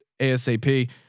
asap